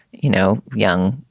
you know, young,